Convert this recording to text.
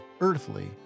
earthly